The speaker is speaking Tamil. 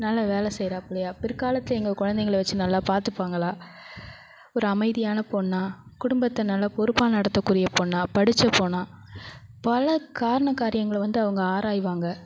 நல்ல வேலை செய்றாப்புலையா பிற்காலத்தில் எங்கள் குழந்தைங்கள வச்சு நல்லா பார்த்துப்பாங்களா ஒரு அமைதியான பொண்ணா குடும்பத்தை நல்லா பொறுப்பாக நடத்தக்கூடிய பொண்ணாக படித்த பொண்ணாக பல காரணக் காரியங்களை வந்து அவங்க ஆராய்வாங்க